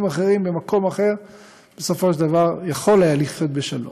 אחרים במקום אחר בסופו של דבר יכול היה לחיות בשלום.